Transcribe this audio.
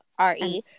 RE